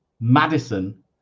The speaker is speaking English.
Madison